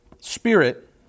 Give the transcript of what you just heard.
spirit